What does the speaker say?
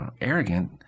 arrogant